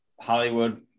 Hollywood